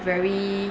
very